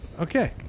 Okay